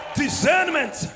discernment